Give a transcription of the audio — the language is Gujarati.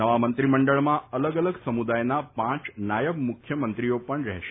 નવા મંત્રીમંડળમાં અલગ અલગ સમુદાયના પાંચ નાયબ મુખ્યમંત્રીઓ પણ રહેશે